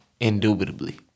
Indubitably